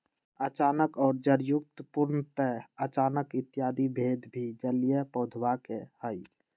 अचानक और जड़युक्त, पूर्णतः अचानक इत्यादि भेद भी जलीय पौधवा के हई